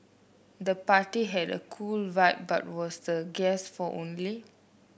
the party had a cool vibe but was the guest for only